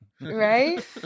Right